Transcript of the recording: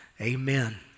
amen